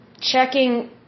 checking